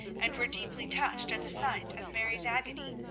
and were deeply touched at the sight of mary's agony.